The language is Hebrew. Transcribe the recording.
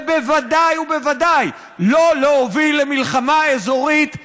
ובוודאי ובוודאי לא להוביל למלחמה אזורית איומה,